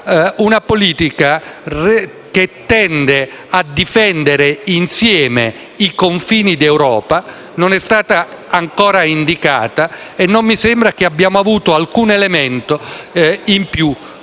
una politica che tende a difendere insieme i confini d'Europa non è stata ancora indicata e non mi sembra che abbiamo avuto alcun elemento in più